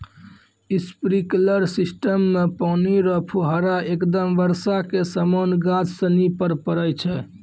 sprinkler system मे पानी रो फुहारा एकदम बर्षा के समान गाछ सनि पर पड़ै छै